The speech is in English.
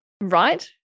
Right